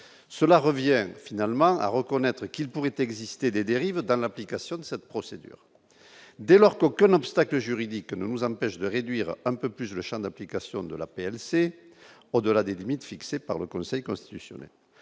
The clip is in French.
cela revienne finalement à reconnaître qu'il pourrait exister des dérives dans l'application de cette procédure, dès lors qu'aucun obstacle juridique nous empêche de réduire un peu plus le Champ d'application de la PLC au-delà des limites fixées par le Conseil constitutionnel